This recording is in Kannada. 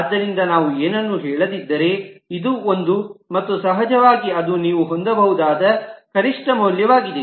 ಆದ್ದರಿಂದ ನಾವು ಏನನ್ನೂ ಹೇಳದಿದ್ದರೆ ಇದು ಒಂದು ಮತ್ತು ಸಹಜವಾಗಿ ಅದು ನೀವು ಹೊಂದಬಹುದಾದ ಕನಿಷ್ಠ ಮೌಲ್ಯವಾಗಿದೆ